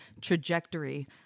trajectory